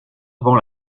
avant